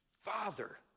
Father